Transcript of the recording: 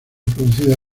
producida